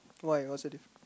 why what so difficult